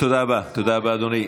תודה רבה, אדוני.